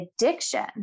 addiction